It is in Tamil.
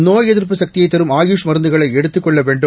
நோய்எதிர்ப்புசக்தி யைதரும்ஆயுஷ்மருந்துகளைஎடுத்துகொள்ளவேண்டும்